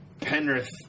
Penrith